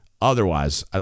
otherwise